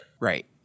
Right